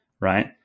right